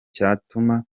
cyatuma